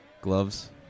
gloves